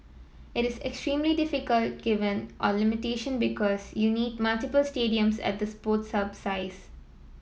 it is extremely difficult given our limitation because you need multiple stadiums at the Sports Hub size